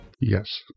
Yes